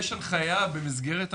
יש הנחיה במסגרת המתווה,